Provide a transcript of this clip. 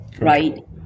right